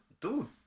dude